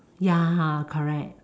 ya correct